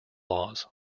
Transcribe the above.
laws